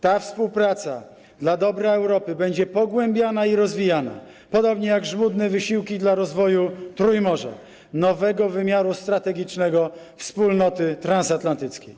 Ta współpraca dla dobra Europy będzie pogłębiana i rozwijana, podobnie jak żmudne wysiłki dla rozwoju Trójmorza, nowego wymiaru strategicznego wspólnoty transatlantyckiej.